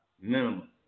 minimum